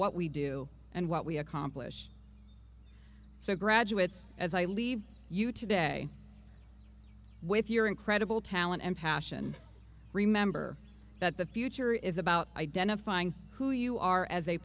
what we do and what we accomplish so graduates as i leave you today with your incredible talent and passion remember that the future is about identifying who you are as a